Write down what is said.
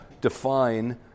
define